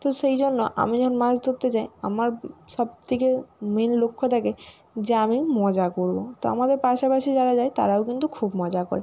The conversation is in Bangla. তো সেই জন্য আমি যখন মাছ ধরতে যাই আমার সব থেকেও মেন লক্ষ্য থাকে যে আমি মজা করব তো আমাদের পাশাপাশি যারা যায় তারাও কিন্তু খুব মজা করে